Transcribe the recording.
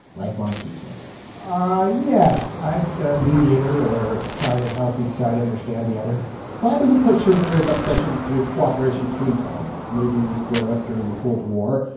lifelong peacemaker ah yes. i'm a mediator or try to help each side understand the other bob isn't quite sure where his obsession with cooperation came from. maybe it was growing up during the cold war,